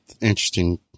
interesting